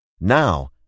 Now